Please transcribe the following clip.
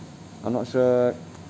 I'm not sure